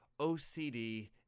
OCD